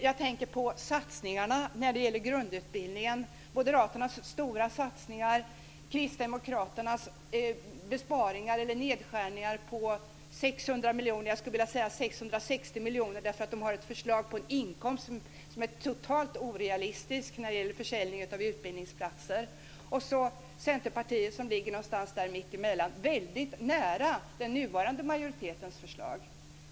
Jag tänker på satsningarna när det gäller grundutbildningen, på Moderaternas stora satsningar och på Kristdemokraternas besparingar eller nedskärningar på 600 miljoner - jag skulle vilja säga att det är 660 miljoner därför att man har ett förslag om en inkomst som är totalt orealistisk när det gäller försäljning av utbildningsplatser. Och så är det Centerpartiet som ligger någonstans mittemellan, väldigt nära den nuvarande majoritetens förslag.